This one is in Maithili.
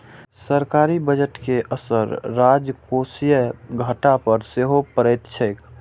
सरकारी बजट के असर राजकोषीय घाटा पर सेहो पड़ैत छैक